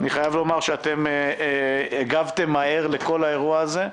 אני חייב לומר שאתם הגבתם מהר לכל האירוע הזה,